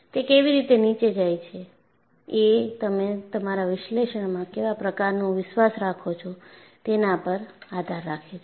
તે કેવી રીતે નીચે જાય એ તમે તમારા વિશ્લેષણમાં કેવા પ્રકારનું વિશ્વાસ રાખો છો તેના પર આધાર રાખે છે